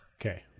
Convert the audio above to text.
Okay